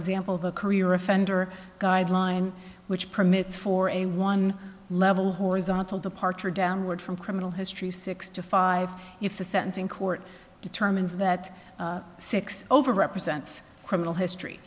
example of a career offender guideline which permits for a one level horizontal departure downward from criminal history six to five if the sentencing court determines that six over represents criminal history